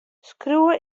skriuwe